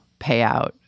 payout